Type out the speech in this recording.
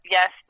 Yes